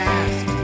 ask